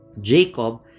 Jacob